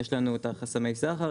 יש לנו את החסמי סחר,